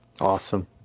Awesome